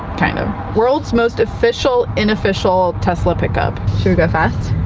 kind of. world's most official, inofficial tesla pickup. should we go fast?